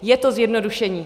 Je to zjednodušení.